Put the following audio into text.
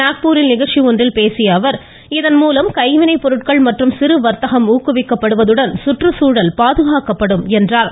நாக்பூரில் நிகழ்ச்சி ஒன்றில் பேசிய அவர் இதன்மூலம் கைவினைப் பொருட்கள் மற்றும் சிறு வர்த்தகம் ஊக்குவிக்கப்படுவதுடன் சுற்றுச்சூழலும் பாதுகாக்கப்படும் என்றார்